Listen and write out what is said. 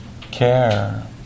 care